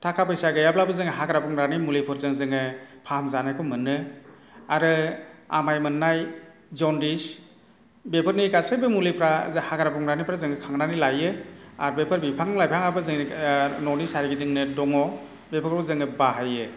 थाखा फैसा गैयाब्लाबो जों हाग्रा बंग्रानि मुलिफोरजों जोङो फाहामजानायखौ मोनो आरो आमाइ मोननाय जनडिस बेफोरनि गासै मुलिफ्रा हाग्रा बंग्रानिफ्राय खांनानै लायो आर बेफोरखौ बिफां लाइफाङाबो जोंनि न'नि सारिगिदिंनो दङ बेखौ जोङो बाहायो